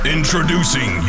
Introducing